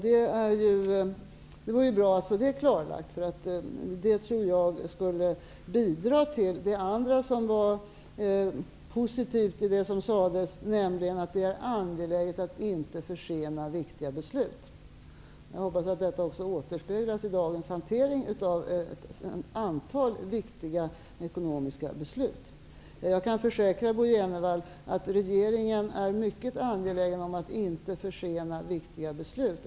Det är bra att få det klarlagt, för det tror jag skulle bidra till det andra som var positivt i det som sades, nämligen att det är angeläget att inte försena viktiga beslut. Jag hoppas att detta också återspeglas i dagens behandling av antalet viktiga ekonomiska frågor. Jag kan försäkra Bo Jenevall att regeringen är mycket angelägen om att inte försena viktiga beslut.